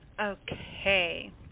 okay